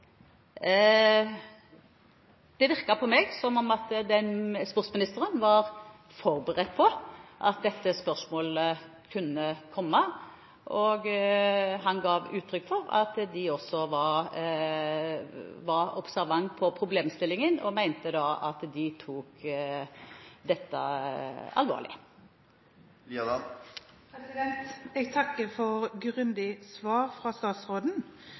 Det virket på meg som om sportsministeren var forberedt på at dette spørsmålet kunne komme, og han ga uttrykk for at de også var observante på problemstillingen og mente at de tok dette alvorlig. Jeg takker for et grundig svar fra statsråden.